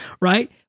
right